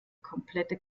komplette